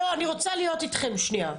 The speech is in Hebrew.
לא, אני רוצה להיות אתכם שנייה.